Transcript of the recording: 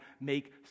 make